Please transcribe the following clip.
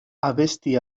abesti